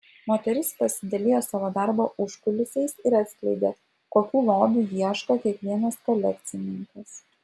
moteris pasidalijo savo darbo užkulisiais ir atskleidė kokių lobių ieško kiekvienas kolekcininkas